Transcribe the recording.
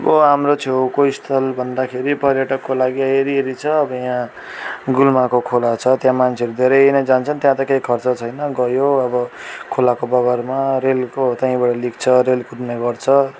अब हाम्रो छेउको स्थल भन्दाखेरि पर्यटकको लागि हेरीहेरी छ अब यहाँ गुल्माको खोला छ त्यहाँ मान्छेहरू धेरै नै जान्छन् त्यहाँ त केही खर्च छैन गयो अब खोलाको बगरमा रेलको त्यहीँबाट लिक छ रेल कुद्ने गर्छ